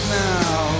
now